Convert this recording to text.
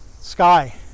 Sky